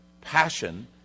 Passion